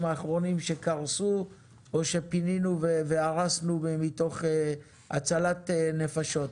האחרונים שקרסו או שפינינו והרסנו לשם הצלת נפשות.